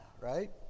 right